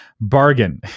bargain